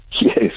Yes